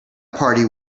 party